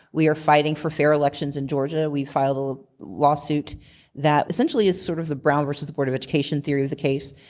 we are fighting for fair elections in georgia. we filed a lawsuit that essentially is sort of a brown versus the board of education theory of the case.